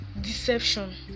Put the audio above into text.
deception